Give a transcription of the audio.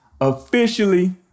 officially